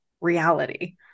reality